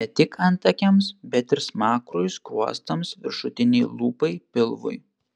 ne tik antakiams bet ir smakrui skruostams viršutinei lūpai pilvui